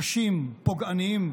קשים, פוגעניים.